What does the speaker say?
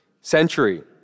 century